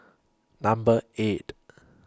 Number eight